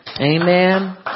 Amen